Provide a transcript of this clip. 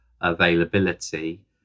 availability